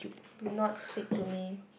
do not speak to me